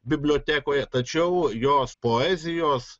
bibliotekoje tačiau jos poezijos